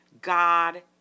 God